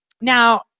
Now